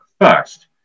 first